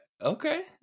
okay